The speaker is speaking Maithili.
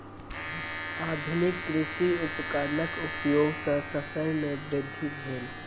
आधुनिक कृषि उपकरणक उपयोग सॅ शस्य मे वृद्धि भेल